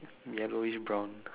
yellowish brown